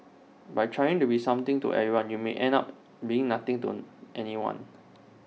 by trying to be something to everyone you may end up being nothing to anyone